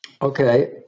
Okay